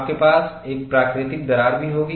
आपके पास एक प्राकृतिक दरार भी होगी